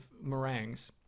meringues